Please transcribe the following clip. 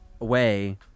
away